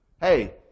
Hey